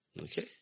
Okay